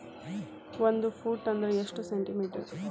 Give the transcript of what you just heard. ಒಂದು ಫೂಟ್ ಅಂದ್ರ ಎಷ್ಟು ಸೆಂಟಿ ಮೇಟರ್?